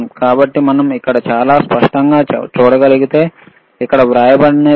కాబట్టి మీరు ఇక్కడ చాలా స్పష్టంగా చూడగలిగితే ఇక్కడ వ్రాయబడినది ఏమిటి